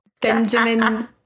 Benjamin